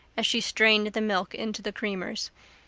as she strained the milk into the creamers.